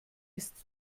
ist